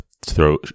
throw